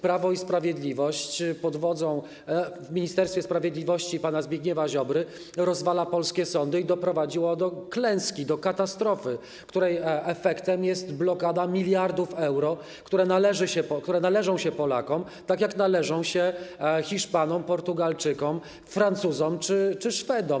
Prawo i Sprawiedliwość w Ministerstwie Sprawiedliwości pana Zbigniewa Ziobry rozwala polskie sądy, jak doprowadziło do klęski, do katastrofy, której efektem jest blokada miliardów euro, które należą się Polakom, tak jak należą się Hiszpanom, Portugalczykom, Francuzom czy Szwedom.